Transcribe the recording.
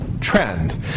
trend